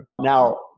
Now